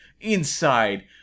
inside